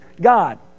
God